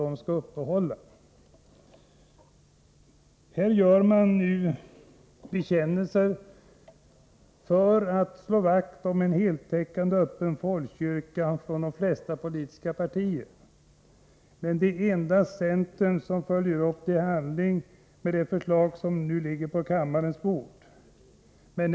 De flesta politiska partierna avlägger nu bekännelser om att vilja slå vakt om en ”heltäckande” öppen folkkyrka. Men det är endast centern som följer upp det i handling med det förslag som nu ligger på kammarens bord.